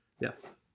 Yes